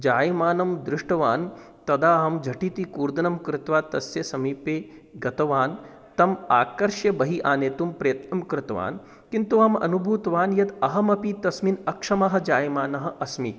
जायमानं दृष्टवान् तदा अहं झटिति कूर्दनं कृत्वा तस्य समीपे गतवान् तम् आकर्ष्य बहिः आनेतुं प्रयत्नं कृतवान् किन्तु अहम् अनुभूतवान् यत् अहमपि तस्मिन् अक्षमः जायमानः अस्मि